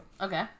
Okay